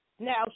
Now